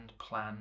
plan